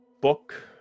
book